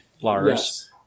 Lars